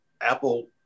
Apple